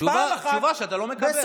תשובה שאתה לא מקבל, מה לעשות?